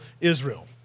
Israel